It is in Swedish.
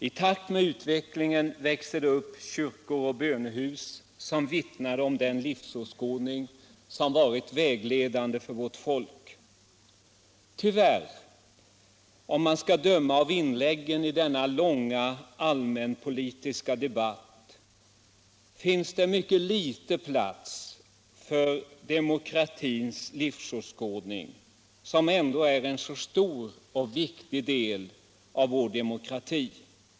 I takt med utvecklingen växte det upp kyrkor och bönehus, som vittnade om den livsåskådning som var vägledande för vårt folk. Tyvärr finns det i dag, om man skall döma av inläggen i denna långa allmänpolitiska debatt, mycket liten plats för demokratins livsåskådning, som ändå är en stor och viktig del av vår demokrati.